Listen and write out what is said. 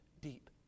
deep